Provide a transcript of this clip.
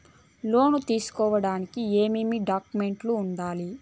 లోను తీసుకోడానికి ఏమేమి డాక్యుమెంట్లు ఉండాలి